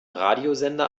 radiosender